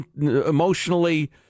emotionally